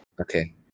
okay